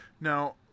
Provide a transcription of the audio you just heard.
Now